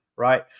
right